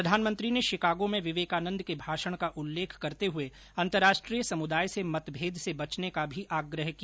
प्रधानमंत्री ने शिकागो में विवेकानंद के भाषण का उल्लेख करते हुए अंतर्राष्ट्रीय समुदाय से मतभेद से बचने का भी आग्रह किया